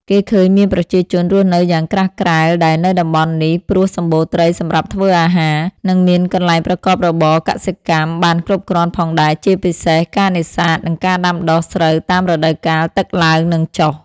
គេឃើញមានប្រជាជនរស់នៅយ៉ាងក្រាស់ក្រែលដែរនៅតំបន់នេះ ព្រោះសំបូរត្រីសម្រាប់ធ្វើអាហារ និងមានកន្លែងប្រកបរបរកសិកម្មបានគ្រប់គ្រាន់ផងដែរ ជាពិសេសការនេសាទ និងការដាំដុះស្រូវតាមរដូវកាលទឹកឡើងនិងចុះ។